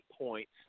points